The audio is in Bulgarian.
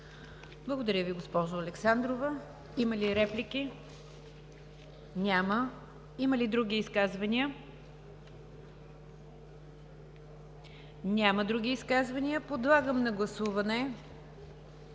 Благодаря Ви, госпожо Александрова. Има ли реплики? Няма. Има ли други изказвания? Няма. Подлагам на гласуване,